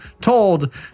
told